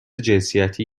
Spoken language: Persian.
جنسیتی